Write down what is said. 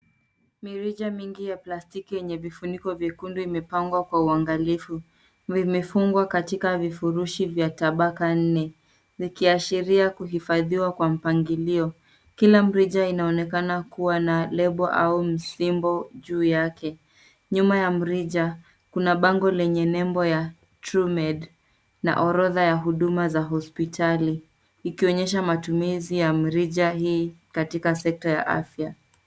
Mirija mingi ya plastiki ya vifuniko vyekundu imepangwa kwa uangalifu. Vimefungwa katika vifurushi vya tabaka nne vikiashiria kuhifadhiwa kwa mpangilio. Kila mrija inaonekana kuwa na lebo au msimbo juu yake. Nyuma ya mrija, kuna bango lenye nembo ya True Made na orodha ya vifaa vya hospitali, ikionyesha matumizi ya mirija hii katika sekta ya afya.